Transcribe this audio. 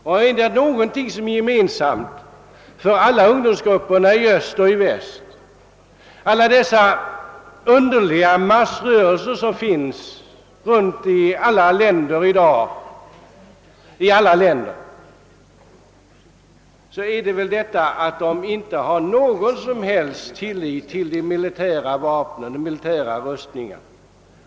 Om det finns någonting gemensamt för ungdomsgrupperna i öst och väst och de många underliga massrörelser som i dag förekommer i olika länder, så är det att man inte har någon som helst tillit till militära rustningar.